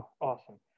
awesome